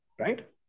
Right